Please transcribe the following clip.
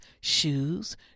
shoes